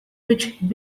which